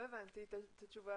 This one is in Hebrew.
את התשובה.